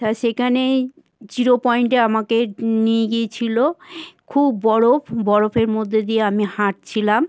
তা সেখানেই জিরো পয়েন্টে আমাকে নিয়ে গিয়েছিল খুব বরফ বরফের মধ্যে দিয়ে আমি হাঁটছিলাম